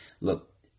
look